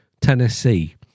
Tennessee